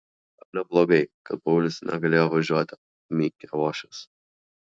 ale blogai kad paulius negalėjo važiuoti mykė uošvis